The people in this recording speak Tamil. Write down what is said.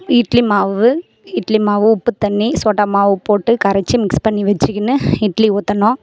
இட்லி மாவு இட்லி மாவு உப்பு தண்ணி சோடா மாவு போட்டு கரச்சு மிக்ஸ் பண்ணி வெச்சுக்கின்னு இட்லி ஊற்றணும்